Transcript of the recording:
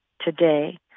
Today